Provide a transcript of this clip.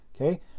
okay